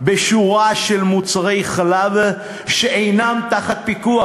בשורה של מוצרי חלב שאינם תחת פיקוח,